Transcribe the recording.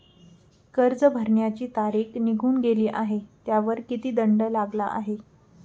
कर्ज भरण्याची तारीख निघून गेली आहे त्यावर किती दंड लागला आहे?